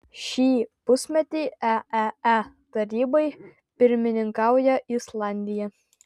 šį pusmetį eee tarybai pirmininkauja islandija